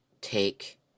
take